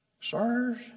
Sirs